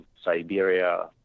Siberia